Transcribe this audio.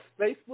Facebook